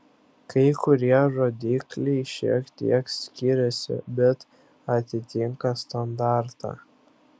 kai kurie rodikliai šiek tiek skiriasi bet atitinka standartą